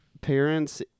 parents